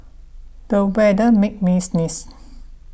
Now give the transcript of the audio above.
the weather made me sneeze